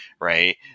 right